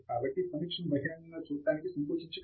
కాబట్టి సమీక్షను బహిరంగంగా చూడటానికి సంకోచించకండి